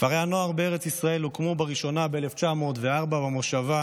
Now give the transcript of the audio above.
כפרי הנוער בארץ ישראל הוקמו בראשונה ב-1904 במושבה